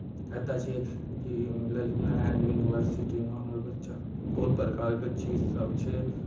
एतय छै कि ललित नारायण यूनिवर्सिटीमे हमर बच्चा बहुत प्रकारके चीजसभ छै